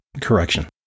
correction